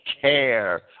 care